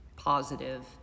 positive